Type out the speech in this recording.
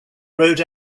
rode